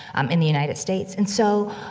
um, in the united states. and so,